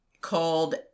called